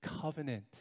covenant